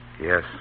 Yes